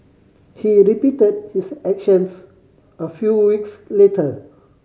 he repeated his actions a few weeks later